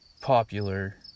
Popular